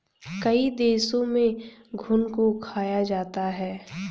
कई देशों में घुन को खाया जाता है